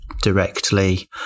Directly